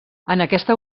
aquesta